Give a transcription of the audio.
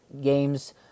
games